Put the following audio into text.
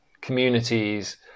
communities